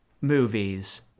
movies